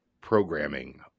programming